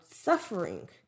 suffering